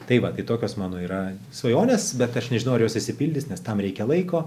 tai va tai tokios mano yra svajonės bet aš nežinau ar jos išsipildys nes tam reikia laiko